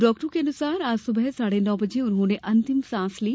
डॉक्टरों के अनुसार आज सुबह साढ़े नौ बजे उन्होंने अंतिम सांस ली